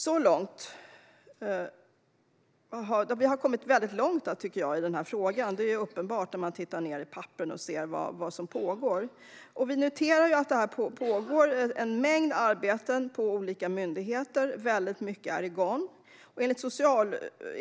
Jag tycker att vi har kommit långt i frågan. Det blir uppenbart när man tittar i papperen och ser vad som pågår. En mängd arbeten är på gång på olika myndigheter.